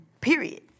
Period